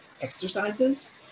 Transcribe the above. exercises